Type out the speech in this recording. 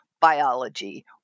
biology